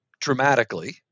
dramatically